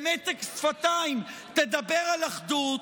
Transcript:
ובמתק שפתיים תדבר על אחדות,